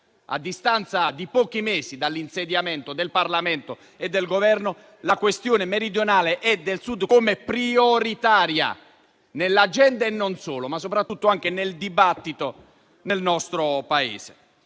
a distanza di pochi mesi dall'insediamento del Parlamento e del Governo, la questione meridionale e del Sud come prioritaria nell'agenda politica, ma soprattutto nel dibattito del nostro Paese.